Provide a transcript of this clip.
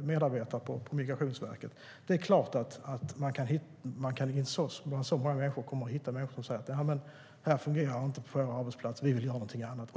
medarbetare på Migrationsverket. Det är klart att man bland så många anställda kan hitta människor som säger: Det fungerar inte på vår arbetsplats, så vi vill ha någonting annat.